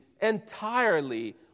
entirely